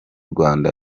rwanda